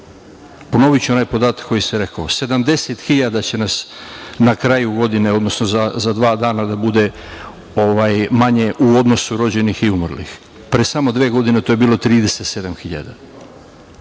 brzinomPonoviću onaj podatak koji sam rekao, 70.000 će nas na kraju godine, odnosno za dva dana, da bude manje u odnosu rođenih i umrlih. Pre samo dve godine to je bilo 37.000.